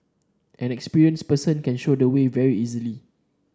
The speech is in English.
an experienced person can show the way very easily